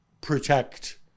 protect